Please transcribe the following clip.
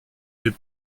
des